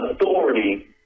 authority